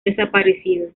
desaparecido